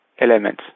elements